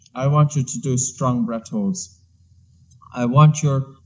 i want you to do strong breath-holds i want your